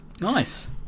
nice